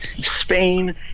Spain